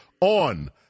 on